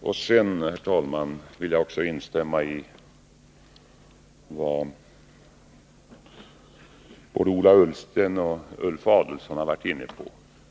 Sedan, herr talman, vill jag instämma i vad både Ola Ullsten och Ulf Adelsohn har sagt när det gäller voteringsordningen.